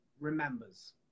remembers